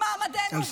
במעמדנו,